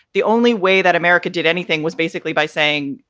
the only way that america did anything was basically by saying,